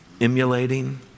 emulating